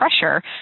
pressure